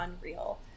unreal